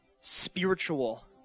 spiritual